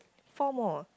four more ah